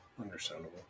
Understandable